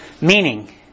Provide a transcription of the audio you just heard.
meaning